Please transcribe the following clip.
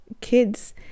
kids